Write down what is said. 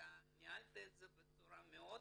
אתה ניהלת את זה בצורה מאוד